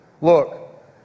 Look